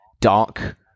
dark